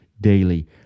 daily